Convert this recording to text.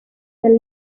del